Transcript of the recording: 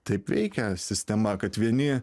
taip veikia sistema kad vieni